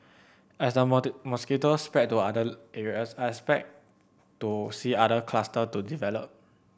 as the mosquitoes spread to other areas I expect to see other cluster to develop